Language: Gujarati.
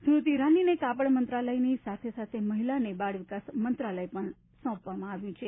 સ્મ્રતિ ઇરાનીને કાપડ મંત્રાલયની સાથે સાથે મહિલા અને બાળ વિકાસ મંત્રાલય પણ સોંપવામાં આવ્યું છે